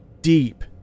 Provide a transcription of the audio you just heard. deep